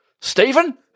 Stephen